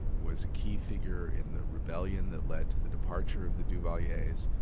was a key figure in the rebellion that led to the departure of the duvaliers,